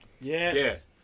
Yes